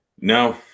no